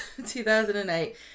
2008